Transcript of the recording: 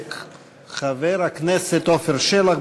חבר הכנסת עפר שלח,